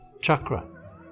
chakra